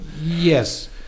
Yes